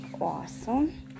awesome